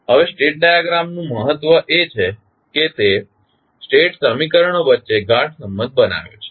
હવે state diagram નું મહત્વ એ છે કે તે સ્ટેટ સમીકરણો વચ્ચે ગાઢ સંબંધ બનાવે છે